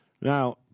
Now